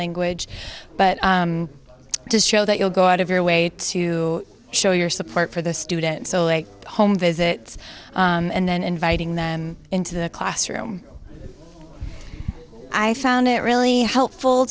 language but it does show that you'll go out of your way to show your support for the students so like home visits and then inviting them into the classroom i found it really helpful